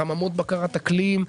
חממות בקרת אקלים.